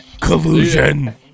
collusion